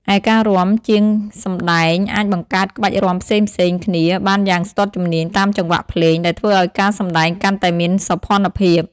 ឯការរាំ ជាងសម្ដែងអាចបង្កើតក្បាច់រាំផ្សេងៗគ្នាបានយ៉ាងស្ទាត់ជំនាញ តាមចង្វាក់ភ្លេង ដែលធ្វើឲ្យការសម្ដែងកាន់តែមានសោភ័ណភាព។